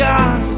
God